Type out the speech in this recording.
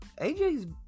AJ's